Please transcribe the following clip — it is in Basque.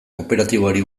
kooperatiboari